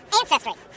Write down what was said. ancestry